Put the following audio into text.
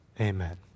Amen